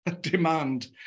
demand